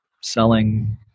selling